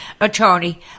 attorney